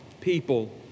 people